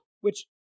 Which-